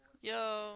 Yo